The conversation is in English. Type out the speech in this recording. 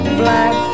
black